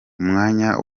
umwanya